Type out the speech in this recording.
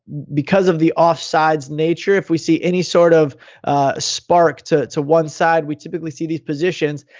because of the offsides nature, if we see any sort of spark to to one side, we typically see these positions.